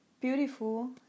beautiful